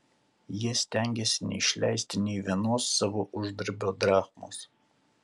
jie stengėsi neišleisti nė vienos savo uždarbio drachmos